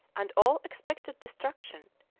and all expected destruction,